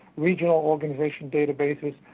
regional organization databases,